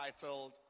titled